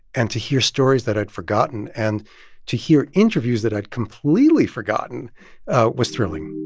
and to hear stories that i'd forgotten, and to hear interviews that i'd completely forgotten was thrilling